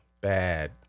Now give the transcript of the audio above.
Bad